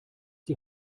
die